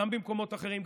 גם במקומות אחרים,